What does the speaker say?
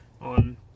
on